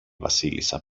βασίλισσα